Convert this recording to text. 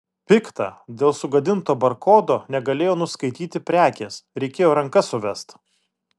pikta dėl sugadinto barkodo negalėjo nuskaityti prekės reikėjo ranka suvest